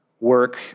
work